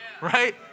Right